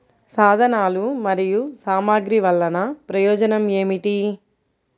సాధనాలు మరియు సామగ్రి వల్లన ప్రయోజనం ఏమిటీ?